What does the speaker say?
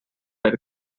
per